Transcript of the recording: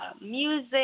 music